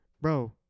Bro